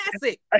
classic